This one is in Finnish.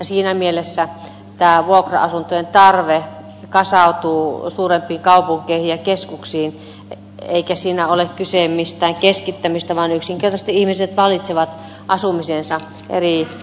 siinä mielessä tämä vuokra asuntojen tarve kasautuu suurempiin kaupunkeihin ja keskuksiin eikä siinä ole kyse mistään keskittämisestä vaan yksinkertaisesti ihmiset valitsevat asumisensa eri elämäntarpeittensa näkökulmasta